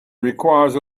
requires